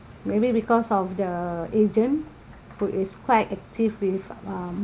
maybe because of the agent who is quite active with um